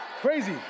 Crazy